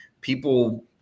People